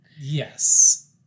Yes